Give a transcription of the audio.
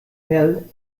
mel